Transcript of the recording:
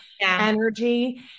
energy